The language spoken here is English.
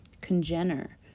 congener